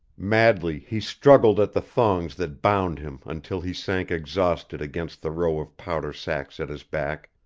madly he struggled at the thongs that bound him until he sank exhausted against the row of powder sacks at his back.